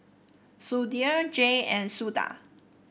Sudhir J and Suda